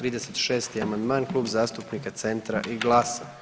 36. amandman Klub zastupnika Centra i GLAS-a.